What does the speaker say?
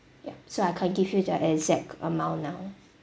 ya so I can't give you the exact amount now